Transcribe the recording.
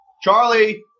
Charlie